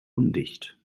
undicht